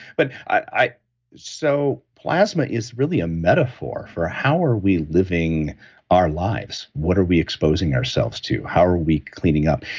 but so, plasma is really a metaphor for how are we living our lives, what are we exposing ourselves to how are we cleaning up,